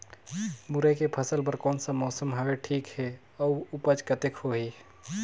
मुरई के फसल बर कोन सा मौसम हवे ठीक हे अउर ऊपज कतेक होही?